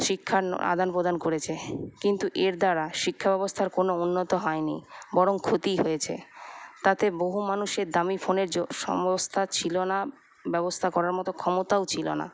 শিক্ষার আদানপ্রদান করেছে কিন্তু এর দ্বারা শিক্ষা ব্যবস্থার কোনো উন্নত হয়নি বরং ক্ষতি হয়েছে তাতে বহু মানুষের দামি ফোনের যোগ সংস্থা ছিলো না ব্যবস্থা করার মতো ক্ষমতাও ছিলো না